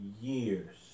years